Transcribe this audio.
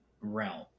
realm